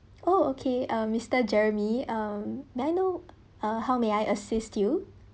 oh okay uh mister jeremy um may I know uh how may I assist you